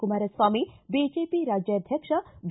Kumaraswamy BJP ರಾಜ್ಯಾಧಕ್ಷ B